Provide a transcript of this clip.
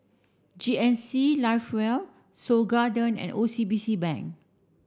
G N C live well Seoul Garden and O C B C Bank